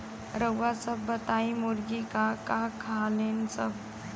रउआ सभ बताई मुर्गी का का खालीन सब?